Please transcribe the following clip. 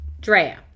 Drea